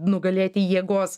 nugalėti jėgos